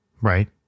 Right